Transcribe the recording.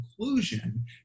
conclusion